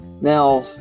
now